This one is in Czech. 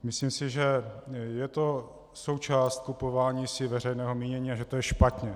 Myslím si, že je to součást kupování si veřejného mínění a že to je špatně.